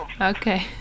Okay